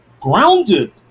grounded